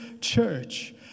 church